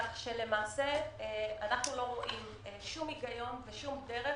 כך שלמעשה אנו לא רואים שום היגיון ושום דרך